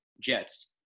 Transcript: Jets